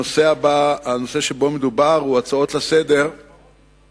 הנושא שבו מדובר הוא הצעות לסדר-היום